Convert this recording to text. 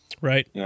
Right